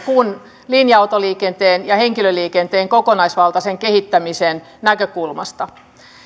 kuin linja autoliikenteen ja henkilöliikenteen kokonaisvaltaisen kehittämisen näkökulmasta